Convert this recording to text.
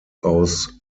aus